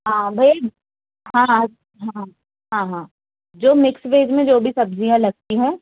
हाँ भइया हाँ हाँ हाँ हाँ हाँ हाँ जो मिक्स वेज में जो भी सब्जियां लगती हैं